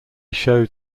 showed